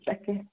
তাকে